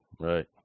Right